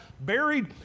buried